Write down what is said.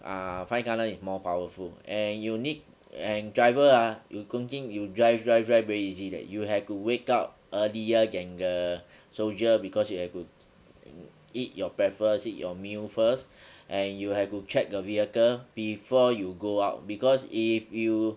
ah five tunnel is more powerful and you need and driver ah you don't think you drive drive drive very easy leh you have to wake up earlier then the soldier because you have to eat your breakfast eat your meal first and you have to check your vehicle before you go out because if you